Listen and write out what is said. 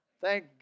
Thank